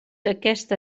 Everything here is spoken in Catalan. aquesta